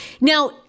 Now